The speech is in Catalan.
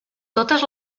totes